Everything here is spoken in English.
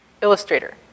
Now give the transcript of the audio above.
Illustrator